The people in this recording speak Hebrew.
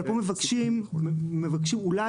אבל פה מבקשים אולי,